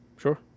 Sure